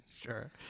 Sure